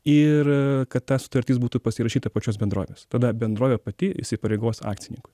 ir kad ta sutartis būtų pasirašyta pačios bendrovės tada bendrovė pati įsipareigos akcininkui